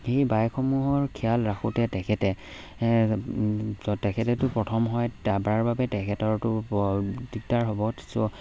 সেই বাইকসমূহৰ খিয়াল ৰাখোঁতে তেখেতে তেখেতেতো প্ৰথম হয় কাবাৰ বাবে তেখেতৰতো দিগদাৰ হ'ব চ'